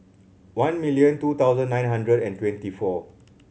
one million two thousand nine hundred and twenty four